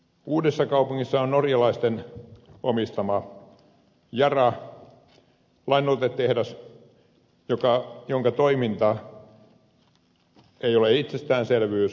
uudessakaupungissa on norjalaisten omistama yara lannoitetehdas jonka toiminta ei ole itsestäänselvyys